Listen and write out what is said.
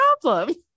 problem